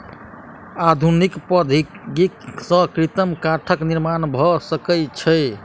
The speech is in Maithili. आधुनिक प्रौद्योगिकी सॅ कृत्रिम काठक निर्माण भ सकै छै